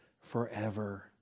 forever